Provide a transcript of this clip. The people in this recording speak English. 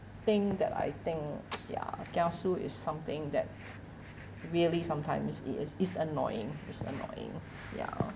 thing that I think ya kiasu is something that really sometimes it's it is it's annoying it's annoying ya